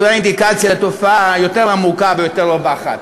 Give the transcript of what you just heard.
זו האינדיקציה לתופעה יותר עמוקה ויותר רווחת.